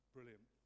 Brilliant